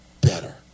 better